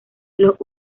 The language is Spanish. los